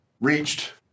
reached